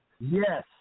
Yes